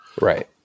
Right